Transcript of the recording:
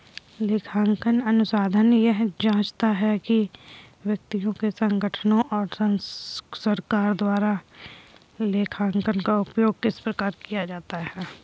लेखांकन अनुसंधान यह जाँचता है कि व्यक्तियों संगठनों और सरकार द्वारा लेखांकन का उपयोग किस प्रकार किया जाता है